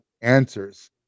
answers